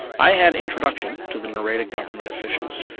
i had introduction to the nareda government officials.